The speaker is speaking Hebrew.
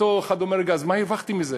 שאותו אחד אומר: רגע, אז מה הרווחתי מזה?